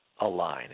align